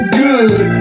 good